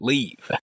Leave